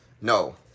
No